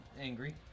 angry